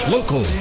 Local